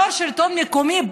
יו"ר השלטון המקומי,